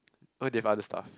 oh they have other stuff